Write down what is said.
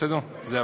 בסדר, זהבה?